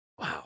Wow